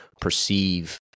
perceive